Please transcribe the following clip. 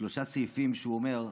שלושה סעיפים שהוא אומר: